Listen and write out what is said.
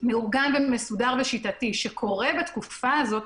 מאורגן מסודר ושיטתי שקורה בתקופה הזו,